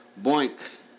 Boink